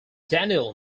daniel